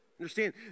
Understand